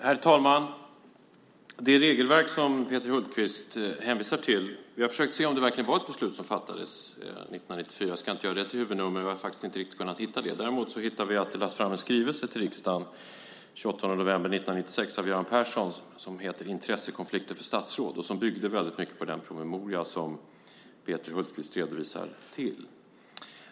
Herr talman! När det gäller det regelverk som Peter Hultqvist hänvisar till har vi försökt se om det verkligen var ett beslut som fattades 1994. Jag ska inte göra det till huvudnummer, men vi har inte riktigt kunnat hitta något sådant. Däremot har vi hittat en skrivelse av Göran Persson som lades fram till riksdagen den 28 november 1996. Den heter Intressekonflikter för statsråd , och den bygger mycket på den promemoria som Peter Hultqvist hänvisar till.